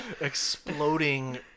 Exploding